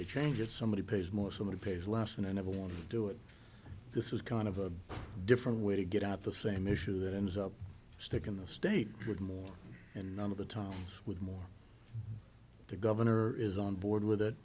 they change it somebody pays more somebody pays less and i never want to do it this is kind of a different way to get at the same issue that ends up sticking the state with more and none of the time with more the governor is on board with